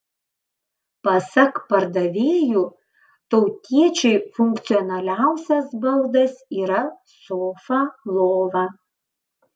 pasak pardavėjų tautiečiui funkcionaliausias baldas yra sofa lova